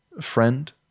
friend